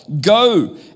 go